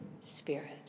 spirit